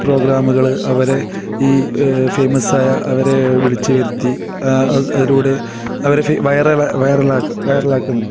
പ്രോഗ്രാമുകൾ അവരെ ഈ ഫെയ്മസായ അവരെ വിളിച്ചു വരുത്തി അത് അതിലൂടെ അവരെ ഫെയ് വൈറ വൈറലാക്കുക വൈറലാക്കുന്നുണ്ട്